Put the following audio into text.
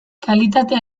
kalitatea